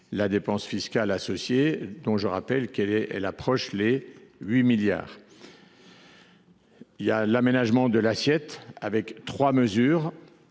la dépense fiscale associée, dont je rappelle qu’elle approche les 8 milliards d’euros. Cet aménagement de l’assiette comprend trois mesures.